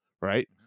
Right